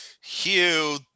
Hugh